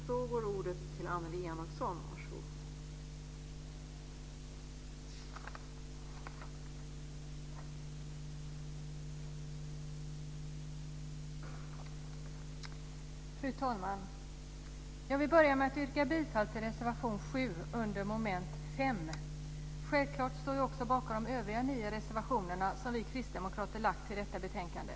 Fru talman! Jag vill börja med att yrka bifall till reservation 7 under punkt 5 men självklart står jag också bakom övriga nio reservationer som vi kristdemokrater har i detta betänkande.